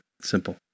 simple